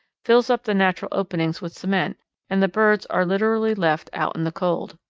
fills up the natural openings with cement and the birds are literally left out in the cold.